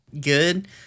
good